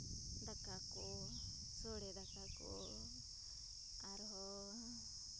ᱫᱟᱠᱟ ᱠᱚ ᱥᱳᱲᱮ ᱫᱟᱠᱟ ᱠᱚ ᱟᱨᱦᱚᱸ